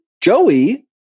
Joey